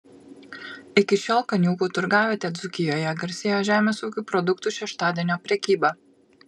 iki šiol kaniūkų turgavietė dzūkijoje garsėjo žemės ūkio produktų šeštadienio prekyba